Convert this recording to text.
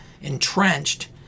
entrenched